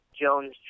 Jones